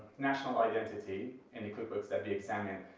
national identity in the cookbooks that we examined,